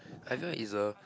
I know it's a